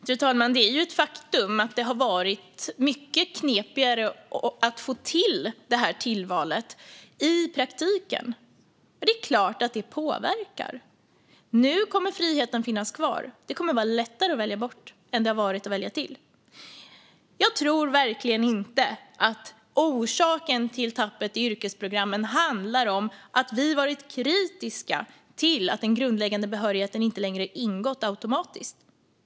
Fru talman! Det är ju ett faktum att det har varit mycket knepigare att få till det här tillvalet i praktiken. Det är klart att det påverkar. Nu kommer friheten att finnas kvar. Det kommer att vara lättare att välja bort än det har varit att välja till. Jag tror verkligen inte att orsaken till tappet i yrkesprogrammen handlar om att vi varit kritiska till att den grundläggande behörigheten inte längre ingått automatiskt.